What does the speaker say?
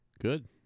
Good